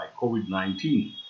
COVID-19